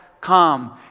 come